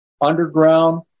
underground